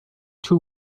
too